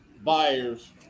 buyers